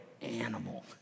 animal